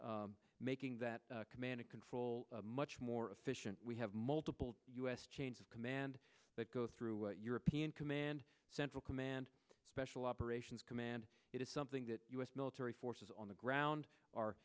for making that command and control much more efficient we have multiple u s chains of command that go through european command central command special operations command it is something that u s military forces on the ground